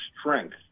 strength